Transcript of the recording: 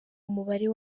umubare